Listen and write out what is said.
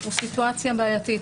הוא סיטואציה בעייתי,